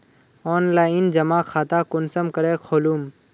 Online जमा खाता कुंसम करे खोलूम?